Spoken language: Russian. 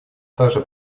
также